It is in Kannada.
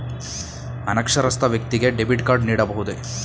ಅನಕ್ಷರಸ್ಥ ವ್ಯಕ್ತಿಗೆ ಡೆಬಿಟ್ ಕಾರ್ಡ್ ನೀಡಬಹುದೇ?